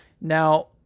Now